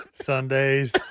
Sundays